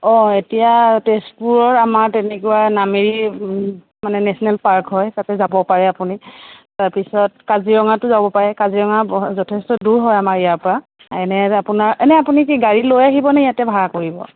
অ এতিয়া তেজপুৰৰ আমাৰ তেনেকুৱা নামেৰীৰ মানে নেশ্যনেল পাৰ্ক হয় তাতে যাব পাৰে আপুনি তাৰপিছত কাজিৰঙাতো যাব পাৰে কাজিৰঙা যথেষ্ট দূৰ হয় আমাৰ ইয়াৰ পৰা এনেই আপোনাৰ এনেই আপুনি কি গাড়ী লৈ আহিবনে ইয়াতে ভাৰা কৰিব